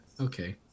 Okay